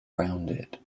rounded